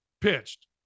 pitched